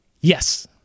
Yes